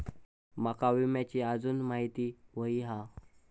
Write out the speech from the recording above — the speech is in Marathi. माका विम्याची आजून माहिती व्हयी हा?